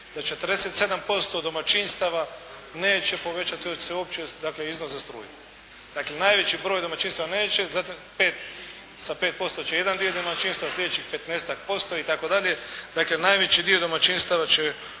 da 47% domaćinstava neće povećati se uopće dakle iznos za struju. Dakle najveći broj domaćinstava neće za 5, sa 5% će jedan dio domaćinstava, sljedećih 15% i tako dalje. Dakle, najveći dio domaćinstava će